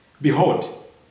Behold